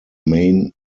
main